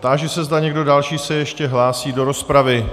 Táži se, zda někdo další se ještě hlásí do rozpravy.